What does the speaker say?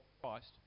Christ